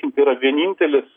tai yra vienintelis